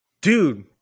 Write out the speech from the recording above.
Dude